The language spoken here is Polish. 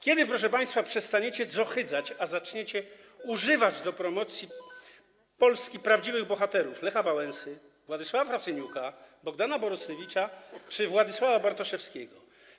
Kiedy, proszę państwa, przestaniecie zohydzać, a zaczniecie wykorzystywać w promocji Polski prawdziwych bohaterów: Lecha Wałęsę, Władysława Frasyniuka, Bogdana Borusewicza czy Władysława Bartoszewskiego?